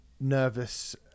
nervous